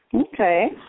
Okay